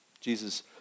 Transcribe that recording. Jesus